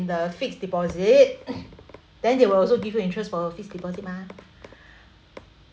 the fixed deposit then they will also give you interests for fixed deposit mah